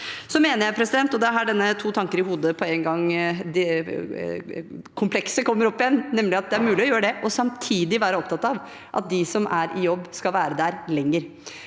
igjen – at det er mulig å gjøre det og samtidig være opptatt av at de som er i jobb, skal være der lenger.